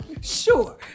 sure